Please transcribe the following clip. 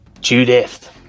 Judith